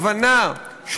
הבנה,